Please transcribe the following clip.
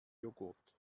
jogurt